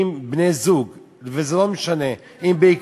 אם בני-זוג, ולא משנה אם בעקבות,